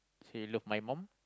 so you love my mum